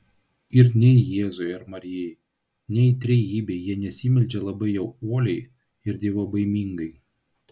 ir nei jėzui ar marijai nei trejybei jie nesimeldžia labai jau uoliai ir dievobaimingai